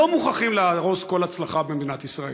לא מוכרחים להרוס כל הצלחה במדינת ישראל.